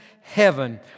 heaven